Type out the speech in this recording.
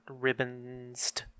ribbonsed